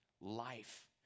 life